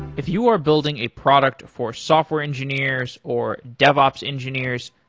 if you are building a product for software engineers or dev-ops engineers,